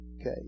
Okay